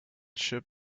ship